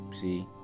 See